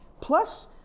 Plus